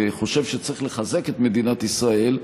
וחושב שצריך לחזק את מדינת ישראל,